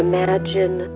Imagine